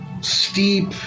steep